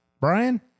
Brian